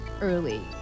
early